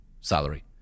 salary